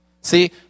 See